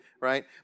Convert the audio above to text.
right